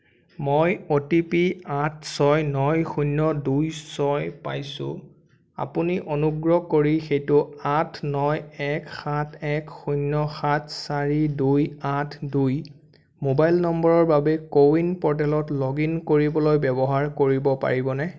মই O T P আঠ ছয় ন শূন্য দুই ছয় পাইছোঁ আপুনি অনুগ্ৰহ কৰি সেইটো আঠ ন এক সাত এক শূন্য সাত চাৰি দুই আঠ দুই মোবাইল নম্বৰৰ বাবে কো ৱিন প'ৰ্টেলত লগ ইন কৰিবলৈ ব্যৱহাৰ কৰিব পাৰিবনে